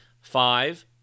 five